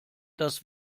das